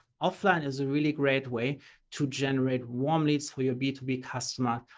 offline is a really great way to generate warm leads for your b two b customer,